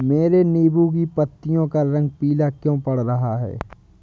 मेरे नींबू की पत्तियों का रंग पीला क्यो पड़ रहा है?